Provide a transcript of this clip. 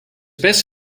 best